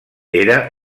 era